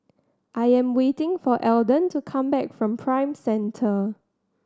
I am waiting for Eldon to come back from Prime Centre